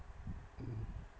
mmhmm